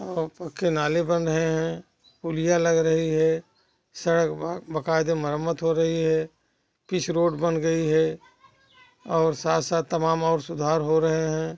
और पक्के नाले बन रहें हैं पुलिया लग रही है सड़क बाकायदा मरम्मत हो रही है पिच रोड बन गई है और साथ साथ तमाम और सुधार हो रहे हैं